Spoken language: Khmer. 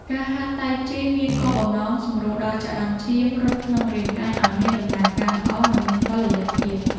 ការហាត់តៃជីមានគោលបំណងសម្រួលដល់ចរន្តឈាមរត់ក្នុងរាងកាយឱ្យមានដំណើរការល្អ និងមានតុល្យភាព។